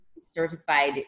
certified